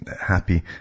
happy